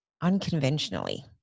unconventionally